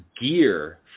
gear